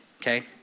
Okay